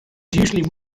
usually